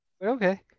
Okay